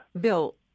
bill